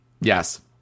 Yes